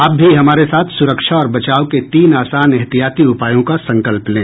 आप भी हमारे साथ सुरक्षा और बचाव के तीन आसान एहतियाती उपायों का संकल्प लें